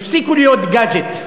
והפסיקו להיות גאדג'ט.